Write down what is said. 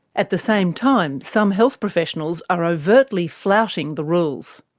at the same time, some health professionals are overtly flouting the rules.